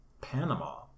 Panama